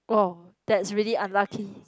oh that's really unlucky